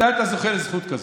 מתי אתה זוכה לזכות כזאת?